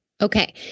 Okay